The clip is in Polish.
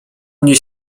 mnie